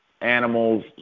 animals